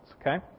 Okay